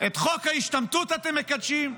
את חוק ההשתמטות אתם מקדשים?